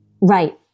Right